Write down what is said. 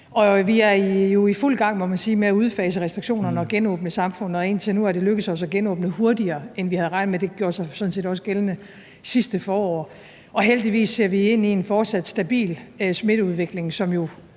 sige, i fuld gang med at udfase restriktionerne og genåbne samfundet. Indtil nu er det lykkedes os at genåbne hurtigere, end vi havde regnet med. Det gjorde sig sådan set også gældende sidste forår. Heldigvis ser vi ind i en fortsat stabil smitteudvikling,